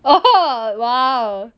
oh !wow!